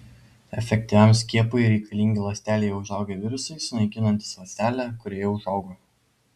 efektyviam skiepui reikalingi ląstelėje užaugę virusai sunaikinantys ląstelę kurioje užaugo